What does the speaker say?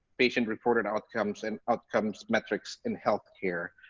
patient-reported outcomes and outcome's metrics in health care.